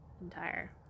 entire